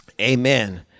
Amen